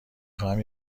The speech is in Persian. خواهم